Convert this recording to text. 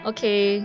Okay